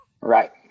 Right